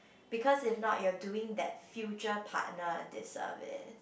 because if not you are doing that future partner a disservice